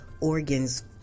organs